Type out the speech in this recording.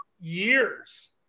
years